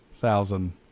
thousand